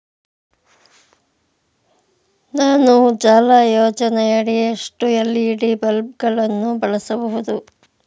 ನಾನು ಉಜಾಲ ಯೋಜನೆಯಡಿ ಎಷ್ಟು ಎಲ್.ಇ.ಡಿ ಬಲ್ಬ್ ಗಳನ್ನು ಬಳಸಬಹುದು?